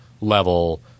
level